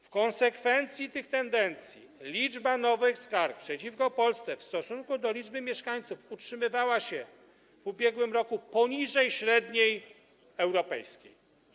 W konsekwencji tych tendencji liczba nowych skarg przeciwko Polsce w stosunku do liczby mieszkańców utrzymywała się w ubiegłym roku poniżej średniej europejskiej.